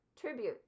Tribute